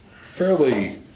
fairly